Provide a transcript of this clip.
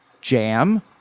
jam